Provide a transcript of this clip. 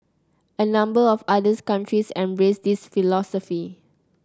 a number of other countries embrace this philosophy